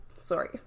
sorry